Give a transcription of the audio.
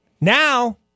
Now